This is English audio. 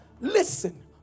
listen